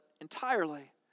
entirely